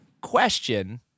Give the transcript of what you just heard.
question